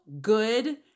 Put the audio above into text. good